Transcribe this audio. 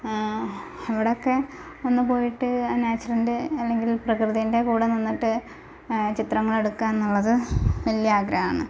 അവിടെ ഒക്കെ ഒന്ന് പോയിട്ട് ആ നേച്ചറിൻ്റെ അല്ലെങ്കിൽ പ്രകൃതീൻ്റെ കൂടെ നിന്നിട്ട് ചിത്രങ്ങൾ എടുക്കുക എന്നുള്ളത് വലിയ ആഗ്രഹമാണ്